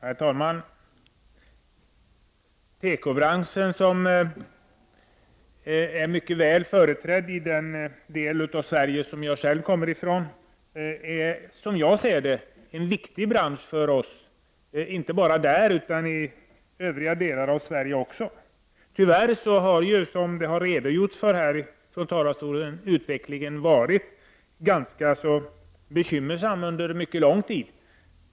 Herr talman! Tekobranschen, som är mycket väl företrädd i den delen av Sverige som jag själv kommer ifrån, är en viktig bransch, inte bara där utan också i övriga delar av Sverige. Tyvärr har utvecklingen, som det har redogjorts för från talarstolen, varit ganska bekymmersam under mycket lång tid.